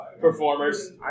performers